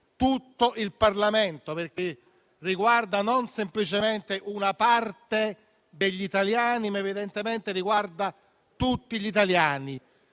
tutto il Parlamento, perché riguarda non semplicemente una parte degli italiani, ma tutti gli italiani.